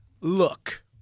Look